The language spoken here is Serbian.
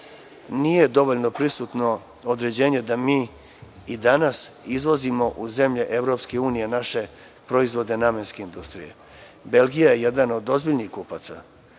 nije dovoljno prisutno određenje da mi i danas izvozimo u EU naše proizvode namenske industrije. Belgija je jedan od ozbiljnih kupaca